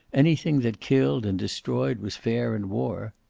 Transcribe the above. anything that killed and destroyed was fair in war.